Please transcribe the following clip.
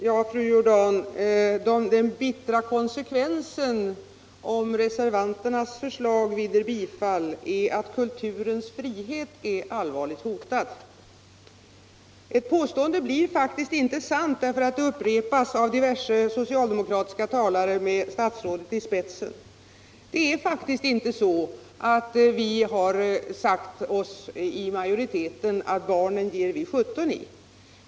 Herr talman! Den bittra konsekvensen, fru Jordan, om reservanternas förslag vinner bifall är att kulturens frihet är allvarligt hotad. Ett påstående blir faktiskt inte sant därför att det upprepas av diverse socialdemokratiska talare med statsrådet i spetsen. Det är faktiskt inte så att vi inom majoriteten har sagt oss att barnen ger vi sjutton i.